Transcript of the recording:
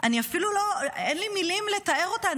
אפילו אין לי מילים לתאר אותה.